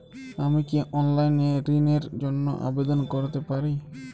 আমি কি অনলাইন এ ঋণ র জন্য আবেদন করতে পারি?